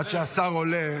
עד שהשר עולה,